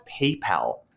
PayPal